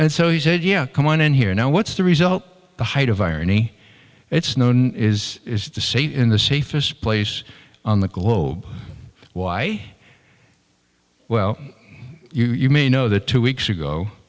and so he said yeah come on in here now what's the result the height of irony it's known is to say in the safest place on the globe why well you may know that two weeks ago